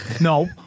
No